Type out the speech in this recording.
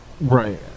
Right